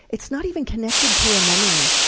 it not even connected to a memory.